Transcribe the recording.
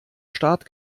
staat